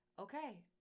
okay